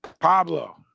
Pablo